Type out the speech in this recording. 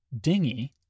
dinghy